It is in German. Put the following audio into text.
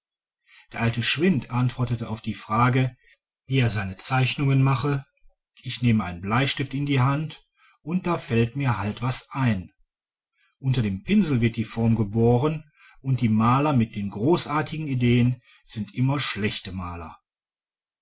der alte schwind antwortete auf die frage wie er seine zeichnungen mache ich nehme einen bleistift in die hand und da fällt mir halt was ein unter dem pinsel wird die form geboren und die maler mit den großartigen ideen sind immer schlechte maler